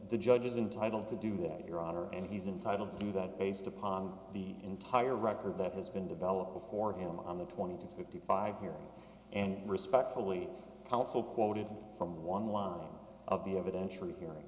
the judges entitle to do that your honor and he's entitled to do that based upon the entire record that has been developed before him on the twenty to fifty five hearing and respectfully counsel quoted from one line of the evidence